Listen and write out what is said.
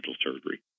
surgery